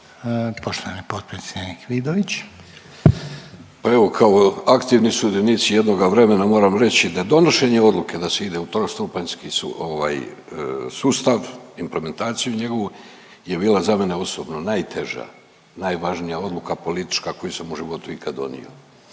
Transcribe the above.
(Socijaldemokrati)** Pa evo kao aktivni sudionici jednoga vremena moram reći da donošenje odluke da se ide u trostupanjski sustav, implementaciju njegovu je bila za mene osobno najteža, najvažnija odluka politička koju sam u životu ikad donio.